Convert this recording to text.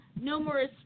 numerous